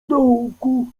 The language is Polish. dołku